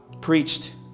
preached